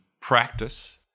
practice